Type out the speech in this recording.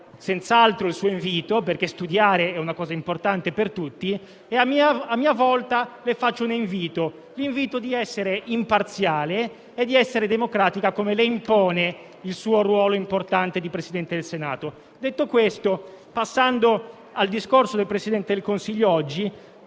senz'altro il suo invito, perché studiare è una cosa importante per tutti, e, a mia volta, le rivolgo l'invito a essere imparziale e democratica, come le impone il suo ruolo, importante, di Presidente del Senato.